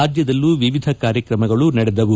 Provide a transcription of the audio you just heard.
ರಾಜ್ಯದಲ್ಲೂ ವಿವಿಧ ಕಾರ್ಯಕ್ರಮಗಳು ನಡೆದವು